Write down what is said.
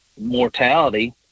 mortality